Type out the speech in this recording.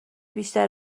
بیشتر